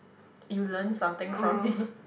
you learn something from it